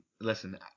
Listen